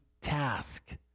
task